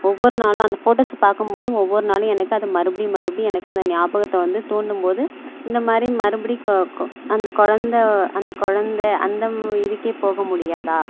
ஒவ்வொரு நாளும் அந்த ஃபோட்டோஸை பார்க்கும்போது ஒவ்வொரு நாளும் எனக்கு அது மறுபடி மறுபடியும் எனக்கு அந்த ஞாபகத்தை வந்து தூண்டும்போது இந்த மாதிரி மறுபடி அந்த குழந்த அந்த குழந்த அந்த இதுக்கே போக முடியாதா